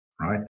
right